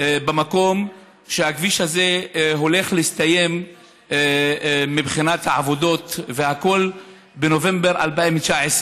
במקום שהכביש הזה הולך להסתיים מבחינת העבודות והכול בנובמבר 2019,